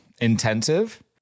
intensive